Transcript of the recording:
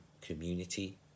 community